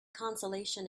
consolation